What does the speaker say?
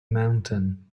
mountain